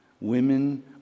Women